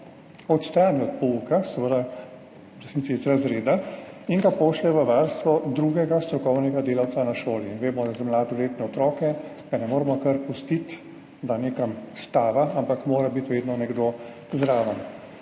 odstrani od pouka, v resnici iz razreda, in ga pošlje v varstvo drugega strokovnega delavca na šoli. Vemo, da mladoletnega otroka ne moremo kar pustiti, da nekam odtava, ampak mora biti vedno nekdo zraven.